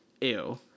ew